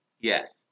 Yes